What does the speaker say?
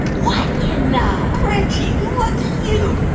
what in the. reggie, look at you.